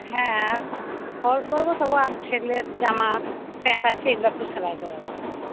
হ্যাঁ আর ফলস বসাবো আর ছেলের জামা প্যান্ট আছে এগুলো একটু সেলাই করাবো আর কি